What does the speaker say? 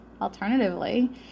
Alternatively